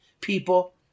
people